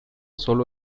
sólo